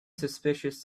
suspicious